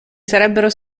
sarebbero